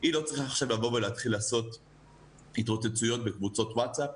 היא לא צריכה עכשיו לבוא ולהתחיל לעשות התרוצצויות בקבוצות וואטסאפ.